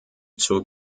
zur